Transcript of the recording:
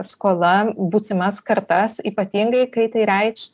skola būsimas kartas ypatingai kai tai reikš